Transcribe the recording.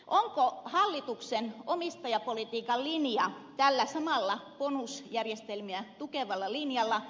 onko hallituksen omistajapolitiikan linja tällä samalla bonusjärjestelmiä tukevalla linjalla